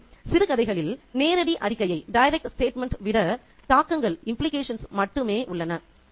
எனவே சிறுகதைகளில் நேரடி அறிக்கையை விட தாக்கங்கள் மட்டுமே உள்ளன